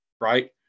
right